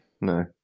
No